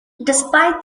despite